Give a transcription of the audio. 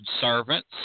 servants